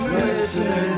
listen